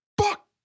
fuck